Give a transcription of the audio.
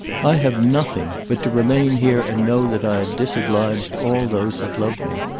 i have nothing but to remain here and know that i have disobliged all those that love me.